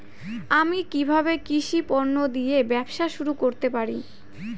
আমি কিভাবে কৃষি পণ্য দিয়ে ব্যবসা শুরু করতে পারি?